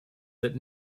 that